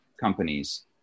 companies